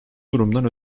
durumdan